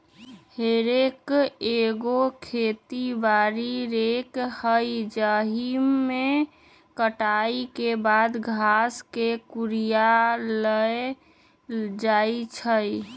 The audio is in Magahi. हे रेक एगो खेती बारी रेक हइ जाहिमे कटाई के बाद घास के कुरियायल जाइ छइ